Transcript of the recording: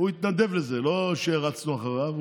הוא התנדב לזה, לא שרצנו אחריו.